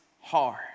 hard